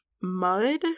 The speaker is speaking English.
mud